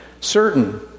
certain